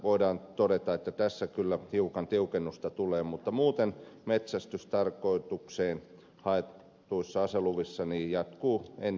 voidaan todeta että tässä kyllä hiukan tiukennusta tulee mutta muuten metsästystarkoitukseen haetuissa aseluvissa jatkuu entinen käytäntö